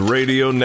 Radio